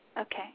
Okay